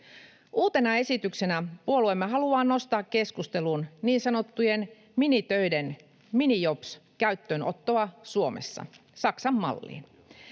Uutena esityksenä puolueemme haluaa nostaa keskusteluun niin sanottujen minitöiden — minijobs — käyttöönottoa Suomessa Saksan malliin.